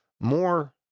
more